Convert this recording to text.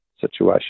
situation